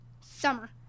summer